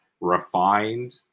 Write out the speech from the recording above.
refined